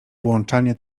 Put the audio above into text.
włączanie